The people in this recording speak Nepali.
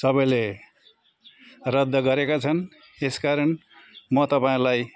सबैले रद्द गरेका छन् यसकारण म तपाईँहरूलाई